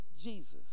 Jesus